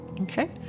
Okay